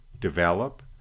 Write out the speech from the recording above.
develop